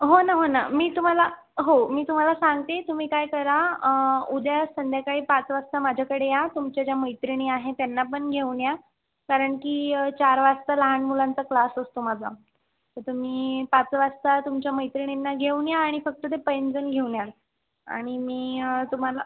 हो ना हो ना मी तुम्हाला हो मी तुम्हाला सांगते तुम्ही काय करा उद्या संध्याकाळी पाच वाजता माझ्याकडे या तुमच्या ज्या मैत्रिणी आहे त्यांना पण घेऊन या कारण की चार वाजता लहान मुलांचा क्लास असतो माझा तर तुम्ही पाच वाजता तुमच्या मैत्रिणींना घेऊन या आणि फक्त ते पैंजण घेऊन याल आणि मी तुम्हाला